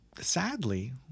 sadly